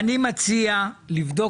אני מציע לבדוק